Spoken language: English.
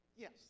Yes